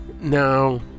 Now